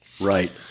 Right